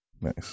Nice